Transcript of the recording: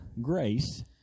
Grace